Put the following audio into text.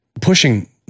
pushing